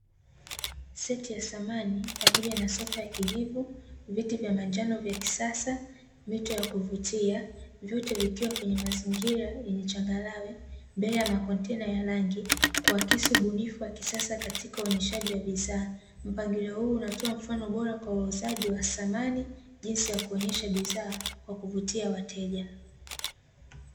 Seti ya samani pamoja na sofa ya kijivu, viti vya manjano vya kisasa, mito ya kuvutia, vyote vikiwa kwenye mazingira yenye changarawe mbele ya makontena ya rangi, kuakiakisi ubunifu wa kisasa katika uonyeshaji wa bidhaa. Mpangilio huu unatoa mfano bora kwa wauzaji wa samani, jinsi ya kuonyesha bidhaa kwa kuvutia wateja.